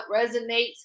resonates